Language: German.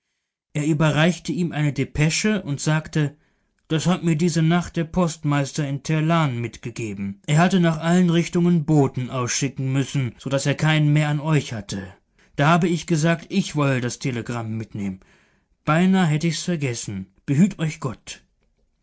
er überreichte ihm eine depesche und sagte das hat mir diese nacht der postmeister in terlan mitgegeben er hatte nach allen richtungen boten ausschicken müssen so daß er keinen mehr an euch hatte da hab ich gesagt ich wolle das telegramm mitnehmen beinahe hätt ich's vergessen b'hüt euch gott